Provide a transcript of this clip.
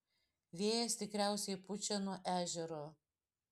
vėjas tikriausiai pučia nuo ežero